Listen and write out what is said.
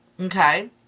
Okay